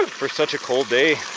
for such a cold day,